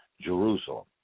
Jerusalem